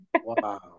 Wow